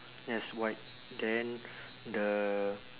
yes white then the